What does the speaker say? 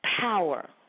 Power